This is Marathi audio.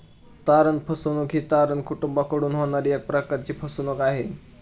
तारण फसवणूक ही तारण कुटूंबाकडून होणारी एक प्रकारची फसवणूक आहे